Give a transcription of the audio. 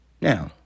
now